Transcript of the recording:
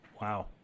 Wow